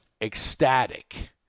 ecstatic